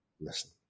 Listen